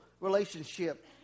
relationship